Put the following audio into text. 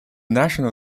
national